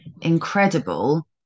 incredible